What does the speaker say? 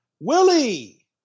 Willie